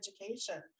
education